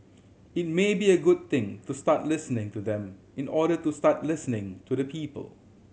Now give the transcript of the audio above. it may be a good thing to start listening to them in order to start listening to the people